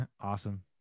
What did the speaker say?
Awesome